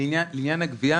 לעניין הגבייה